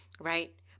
Right